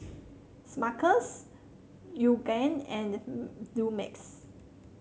Smuckers Yoogane and the Dumex